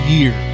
Year